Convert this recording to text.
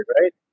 right